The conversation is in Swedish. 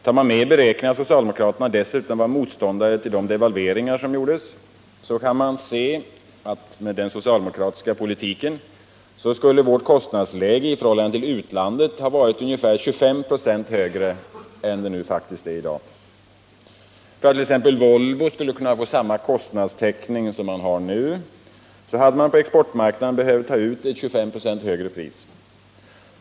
Tar man med i beräkningen att socialdemokraterna dessutom varit motståndare till de devalveringar som gjorts kan man se att vårt kostnadsläge i förhållande till utlandet med en socialdemokratisk politik skulle ha varit ungefär 25 26 högre än det är i dag. För att t.ex. Volvo skulle få samma kostnadstäckning som man har i dag hade man på exportmarknaden behövt ta ut ett 25 ?4 högre pris.